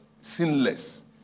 sinless